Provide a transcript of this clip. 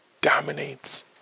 dominates